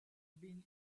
been